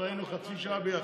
היינו חצי שעה ביחד.